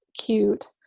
cute